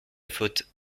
faute